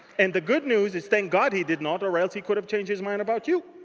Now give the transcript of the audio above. and the good news is thank god he did not. or else he could have changed his mind about you.